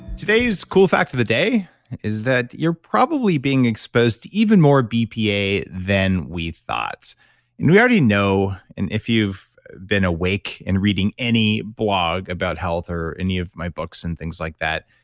today's cool fact of the day is that you're probably being exposed to even more bpa than we thought and we already know, and if you've been awake and reading any blog about health or any of my books and things like that,